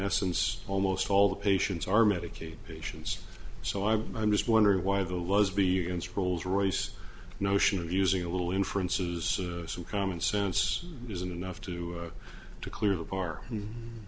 essence almost all the patients are medicaid patients so i'm just wondering why the lesbians rolls royce notion of using a little inferences some common sense isn't enough to to clear the bar and